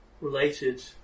related